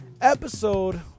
episode